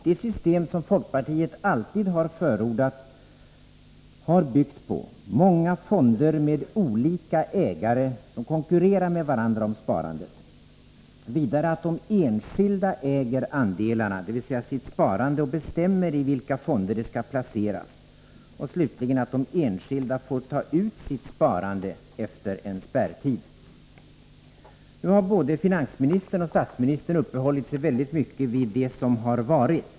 Det system som folkpartiet alltid har förordat har byggt på många fonder med olika ägare som konkurrerar med varandra om sparandet, vidare att de enskilda äger andelarna, dvs. sitt sparande, och bestämmer i vilka fonder de skall placeras, och slutligen att de enskilda får ta ut sitt sparande efter en spärrtid. Nu har både finansministern och statsministern uppehållit sig väldigt mycket vid det som har varit.